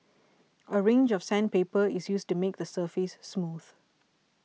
a range of sandpaper is used to make the surface smooth